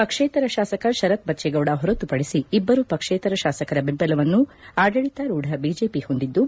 ಪಕ್ಷೇತರ ಶಾಸಕ ಶರತ್ ಬಚ್ಚೇಗೌಡ ಹೊರತುಪಡಿಸಿ ಇಬ್ಬರು ಪಕ್ಷೇತರ ಶಾಸಕರ ಬೆಂಬಲವನ್ನು ಆಡಳಿತಾರೂಢ ಬಿಜೆಪಿ ಹೊಂದಿದ್ದು